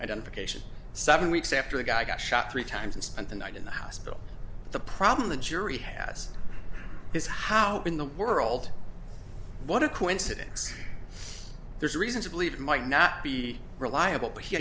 identification seven weeks after the guy got shot three times and spent the night in the hospital the problem the jury has is how in the world what a coincidence there's reason to believe it might not be reliable